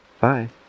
Bye